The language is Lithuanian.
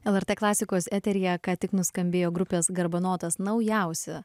lrt klasikos eteryje ką tik nuskambėjo grupės garbanotas naujausia